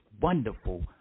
wonderful